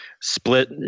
split